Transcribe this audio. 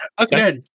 Okay